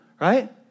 right